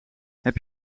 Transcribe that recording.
heb